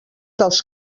dels